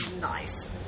Nice